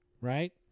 right